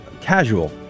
casual